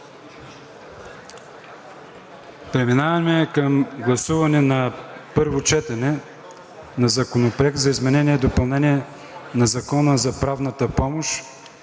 Преминаваме към гласуване на първо четене на Законопроект за изменение и допълнение на Закона за правната помощ,